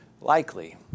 likely